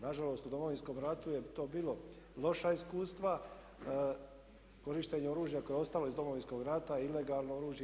Nažalost u Domovinskom ratu je to bilo loša iskustva, korištenje oružja koje je ostalo iz Domovinskog rata, ilegalno oružje.